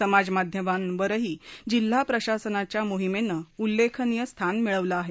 समाजमाध्यमांवरही जिल्हा प्रशासनाच्या मोहिमेनं उल्लेखनीय स्थान मिळवलं आहे